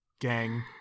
gang